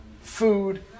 food